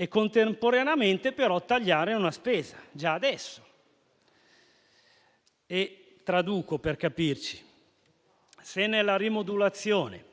e contemporaneamente tagliare una spesa già adesso. Per tradurre: se nella rimodulazione